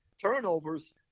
turnovers